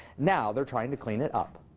now they're trying to clean it up.